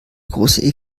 große